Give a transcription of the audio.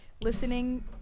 listening